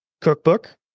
cookbook